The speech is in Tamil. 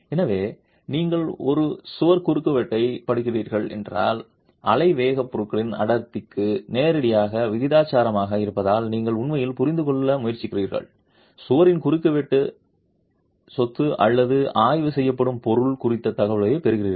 எனவே நீங்கள் ஒரு சுவர் குறுக்குவெட்டைப் படிக்கிறீர்கள் என்றால் அலை வேகம் பொருளின் அடர்த்திக்கு நேரடியாக விகிதாசாரமாக இருப்பதால் நீங்கள் உண்மையில் புரிந்து கொள்ள முயற்சிக்கிறீர்கள் சுவரின் குறுக்கு வெட்டு சொத்து அல்லது ஆய்வு செய்யப்படும் பொருள் குறித்த தகவல்களைப் பெறுகிறீர்கள்